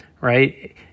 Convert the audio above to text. right